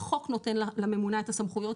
החוק נותן לממונה את הסמכויות,